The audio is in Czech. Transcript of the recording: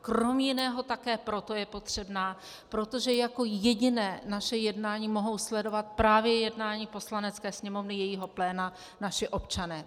Krom jiného také proto je potřebná, protože jako jediné naše jednání mohou sledovat právě jednání Poslanecké sněmovny jejího pléna naši občané.